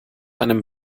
einem